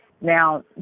Now